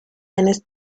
eines